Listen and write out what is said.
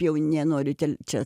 jau nenorit ten čia